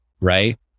right